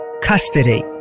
custody